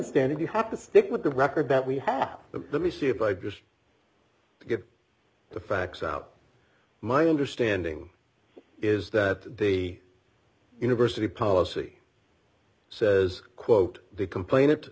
standard you have to stick with the record that we have the me see if i just get the facts out my understanding is that the university policy says quote the complain